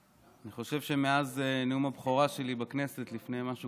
אני חושב שמאז נאום הבכורה שלי בכנסת לפני משהו